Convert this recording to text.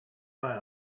buy